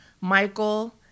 Michael